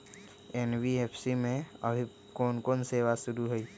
NBFC में अभी कोन कोन सेवा शुरु हई?